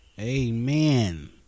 Amen